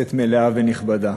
כנסת מלאה ונכבדה,